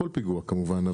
כל פיגוע כמובן,